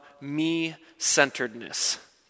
me-centeredness